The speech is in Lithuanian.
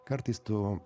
kartais tu